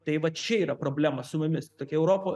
tai va čia yra problema su mumis tokia europa